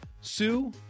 sue